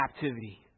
captivity